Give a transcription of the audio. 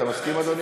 אתה מסכים, אדוני?